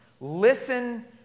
Listen